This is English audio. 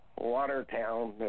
Watertown